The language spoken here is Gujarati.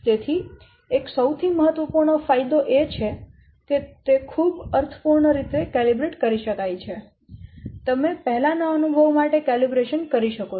તેથી એક સૌથી મહત્વપૂર્ણ ફાયદો એ છે કે તે ખૂબ અર્થપૂર્ણ રીતે કેલિબ્રેટ કરી શકાય છે તમે પહેલાના અનુભવ માટે કેલિબ્રેશન કરી શકો છો